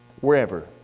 wherever